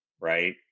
right